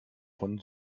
vom